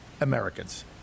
americans